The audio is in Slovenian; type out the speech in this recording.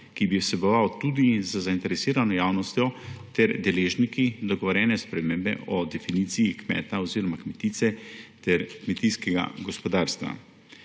ki bi vseboval tudi z zainteresirano javnostjo ter deležniki dogovorjene spremembe o definiciji kmeta oziroma kmetice ter kmetijskega gospodarstva.